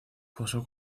posó